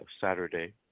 Saturday